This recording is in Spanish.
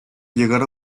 llegar